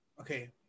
Okay